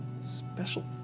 Special